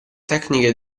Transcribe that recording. tecniche